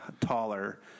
taller